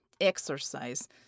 exercise